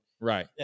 Right